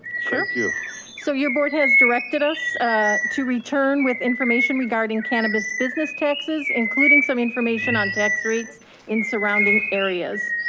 sure. like so your board has directed us to return with information regarding cannabis business taxes, including some information on tax rates in surrounding areas,